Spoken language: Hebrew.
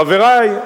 חברי,